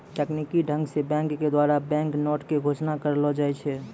तकनीकी ढंग से बैंक के द्वारा बैंक नोट के घोषणा करलो जाय छै